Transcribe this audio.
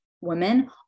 women